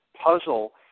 puzzle